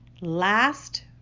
Last